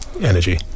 energy